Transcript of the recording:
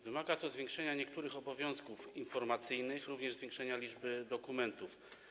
Wymaga to zwiększenia niektórych obowiązków informacyjnych, również zwiększenia liczby dokumentów.